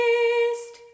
east